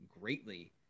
greatly